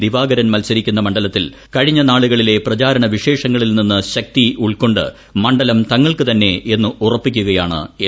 ദിവാകരൻ മത്സരിക്കുന്ന മണ്ഡലത്തിൽ കഴിഞ്ഞ നാളുകളിലെ പ്രചാരണ വിശേഷങ്ങളിൽ നിന്ന് ശക്തി ഉൾക്കൊണ്ട് മണ്ഡലം തങ്ങൾക്കുതന്നെ എന്ന് ഉറപ്പിക്കുകയാണ് എൽ